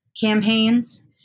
campaigns